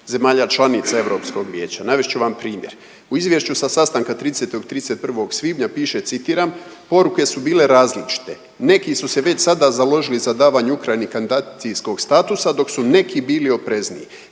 zemalja članica Europskog vijeća. Navest ću vam primjer. U Izvješću sa sastanka 30./31. svibnja piše, citiram, poruke su bile različite. Neki su se već sada založili za davanje Ukrajini kandidacijskog statusa, dok su neki bili oprezniji.